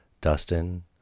Dustin